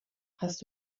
hast